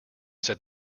said